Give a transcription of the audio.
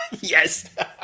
Yes